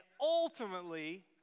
ultimately